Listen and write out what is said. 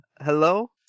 Hello